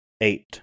Eight